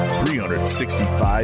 365